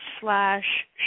slash